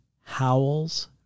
howls